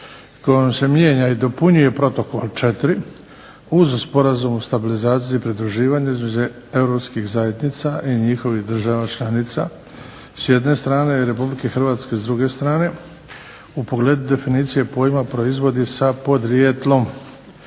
kojom se mijenja i dopunjuje Protokol 4. uz sporazum o stabilizaciji i pridruživanju između europskih zajednica i njihovih država članica s jedne strane i Republike Hrvatske s druge strane, u pogledu definicije pojma "Proizvodi s podrijetlom"